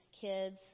kids